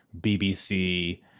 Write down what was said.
BBC